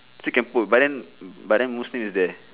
still can put but then but then muslim is there